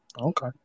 Okay